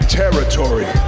territory